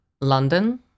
London